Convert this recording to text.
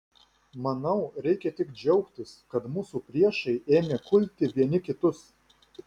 manau reikia tik džiaugtis kad mūsų priešai ėmė kulti vieni kitus